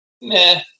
nah